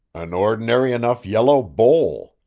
an ordinary enough yellow bowl,